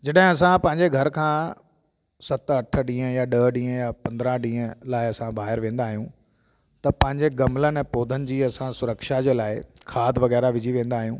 जॾहिं असां पंहिंजे घर खां सत अठ ॾींहं या ॾह ॾींहं या पंद्राहं ॾींहं लाइ असां ॿाहिरि वेंदा आहियूं त पंहिंजे गमलनि ऐं पौधनि जी असां सुरक्षा जे लाइ खाद वग़ैरह विझी वेंदा आहियूं